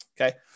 okay